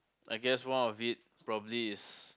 I guess one of it probably is